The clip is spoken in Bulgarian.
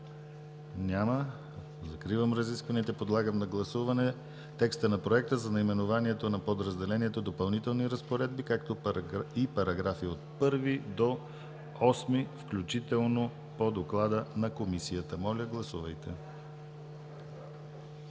Няма. Закривам разискванията и подлагам на гласуване текста на проекта за наименованието на подразделението „Допълнителни разпоредби“, както и параграфи от 1 до 8 включително по доклада на Комисията. Гласували